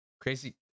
Crazy